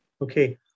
Okay